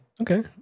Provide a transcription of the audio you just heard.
Okay